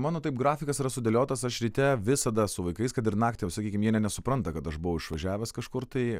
mano taip grafikas yra sudėliotas aš ryte visada su vaikais kad ir naktį sakykim jie ne nesupranta kad aš buvau išvažiavęs kažkur tai